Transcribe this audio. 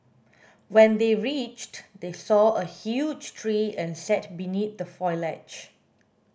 when they reached they saw a huge tree and sat beneath the foliage